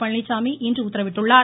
பழனிச்சாமி இன்று உத்தரவிட்டுள்ளார்